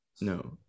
no